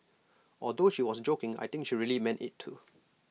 although she was joking I think she really meant IT too